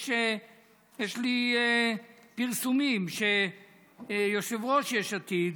יש לי פרסומים שיושב-ראש יש עתיד,